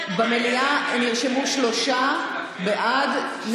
במליאה נרשמו שלושה בעד.